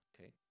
Okay